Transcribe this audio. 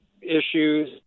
issues